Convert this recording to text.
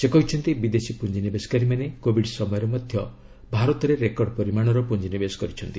ସେ କହିଛନ୍ତି ବିଦେଶୀ ପୁଞ୍ଜିନିବେଶକାରୀମାନେ କୋବିଡ ସମୟରେ ମଧ୍ୟ ଭାରତରେ ରେକର୍ଡ ପରିମାଣର ପୁଞ୍ଜିନିବେଶ କରିଛନ୍ତି